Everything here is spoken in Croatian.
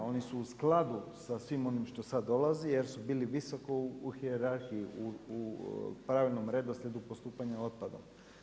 Oni su u skladu sa svim onim što sada dolazi jer su bilo visoko u hijerarhiji u pravilnom redoslijedu postupanja otpadom.